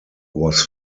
was